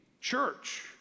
church